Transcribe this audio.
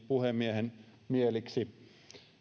puhemiehen mieliksi